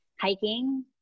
hiking